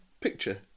picture